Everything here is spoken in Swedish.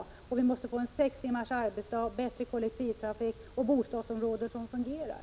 Dessutom måste vi genomföra sex timmars arbetsdag, få en bättre kollektivtrafik och skapa bostadsområden som fungerar.